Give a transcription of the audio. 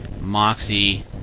Moxie